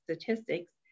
Statistics